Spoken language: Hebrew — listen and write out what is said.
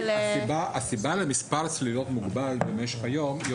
הסיבה למספר צלילות מוגבל במשך היום היא